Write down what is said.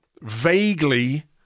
vaguely